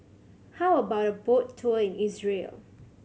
how about a boat tour in Israel